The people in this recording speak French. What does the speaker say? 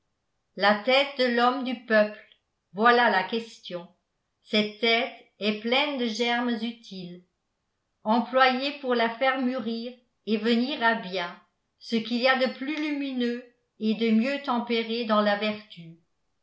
la tête de l'homme du peuple voilà la question cette tête est pleine de germes utiles employez pour la faire mûrir et venir à bien ce qu'il y a de plus lumineux et de mieux tempéré dans la vertu